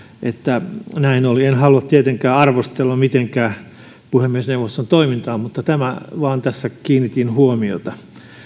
että näin oli en halua tietenkään arvostella mitenkään puhemiesneuvoston toimintaa mutta tähän vain tässä kiinnitin huomiota